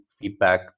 feedback